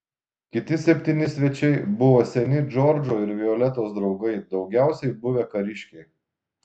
kiti septyni svečiai buvo seni džordžo ir violetos draugai daugiausiai buvę kariškiai